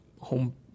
home